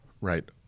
right